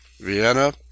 Vienna